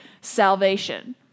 salvation